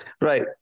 Right